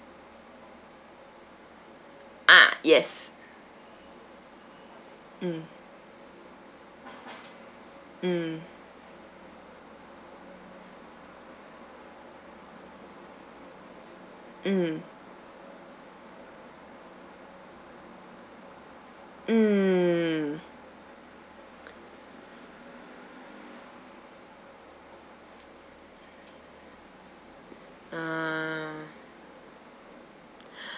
ah yes mm mm mm mm ah